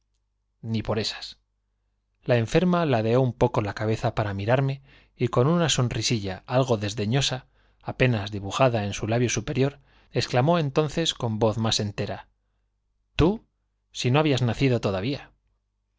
decir por si lograba la enferma ladeó ni por esas un poco la cabeza para mirarme y con una sonrisilla algo desdeñosa apenas dibujada en su labio superior exclamó entonces con voz más entera tú si no habías nacido toda vía